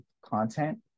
content